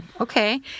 okay